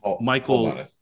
Michael